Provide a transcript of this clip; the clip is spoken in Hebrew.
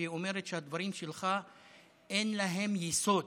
והיא אומרת שלדברים שלך אין יסוד